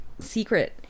secret